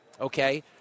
okay